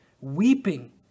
Weeping